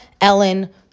Ellen